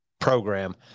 program